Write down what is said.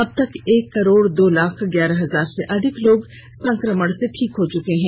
अब तक एक करोड़ दो लाख ग्यारह हजार से अधिक लोग संक्रमण से ठीक हो चुके हैं